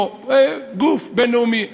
גוף בין-לאומי מפרסם,